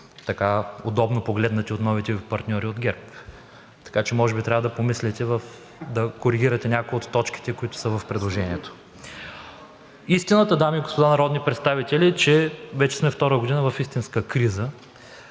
много удобно погледнати от новите Ви партньори от ГЕРБ. Така че може би трябва да помислите и да коригирате някои от точките, които са в предложението. Истината, дами и господа народни представители, е, че вече втора година сме в истинска криза